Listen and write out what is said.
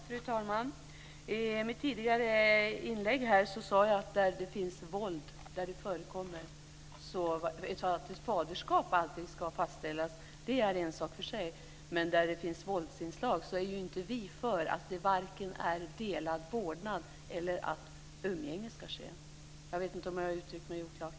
Fru talman! I mitt tidigare inlägg talade jag om fall där det förekommer våld. Att faderskap alltid ska fastställas är en sak för sig. Men där det finns våldsinslag är vi varken för att det ska vara delad vårdnad eller för att umgänge ska ske. Jag vet inte om jag har uttryckt mig oklart.